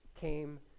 came